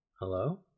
hello